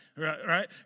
right